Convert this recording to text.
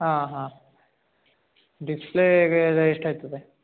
ಹಾಂ ಹಾಂ ಡಿಸ್ಪ್ಲೇಗೆಲ್ಲ ಎಷ್ಟು ಆಗ್ತದೆ